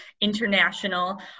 international